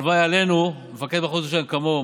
הלוואי עלינו מפקד מחוז ירושלים כמוהו.